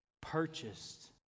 purchased